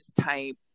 type